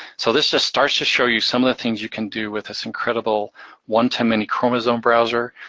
so this just starts to show you some of the things you can do with this incredible one-to-many chromosome browser.